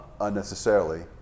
unnecessarily